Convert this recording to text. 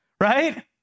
right